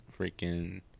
freaking